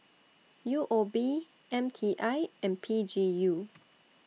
U O B M T I and P G U